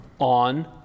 on